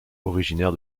originaire